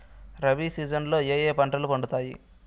rabi season లో ఏ ఏ పంటలు పండుతాయి